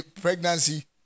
pregnancy